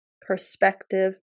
perspective